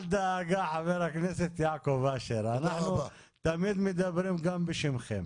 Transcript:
חבר הכנסת יעקב אשר, אנחנו תמיד מדברים גם בשמכם.